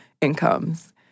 incomes